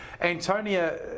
Antonia